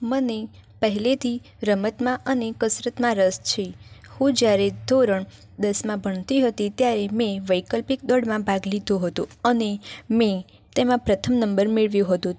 મને પહેલેથી રમતમાં અને કસરતમાં રસ છે હું જ્યારે ધોરણ દસમાં ભણતી હતી ત્યારે મેં વૈકલ્પિક દોડમાં ભાગ લીધો હતો અને મેં તેમાં પ્રથમ નંબર મેળવ્યો હતો